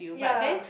yeah